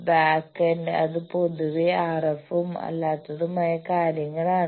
backend അത് പൊതുവെ RF ഉം അല്ലാത്തതുമായ കാര്യങ്ങൾ ആണ്